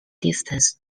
distance